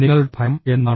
നിങ്ങളുടെ ഭയം എന്താണ്